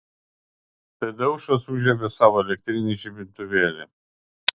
tadeušas užžiebė savo elektrinį žibintuvėlį